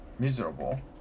Miserable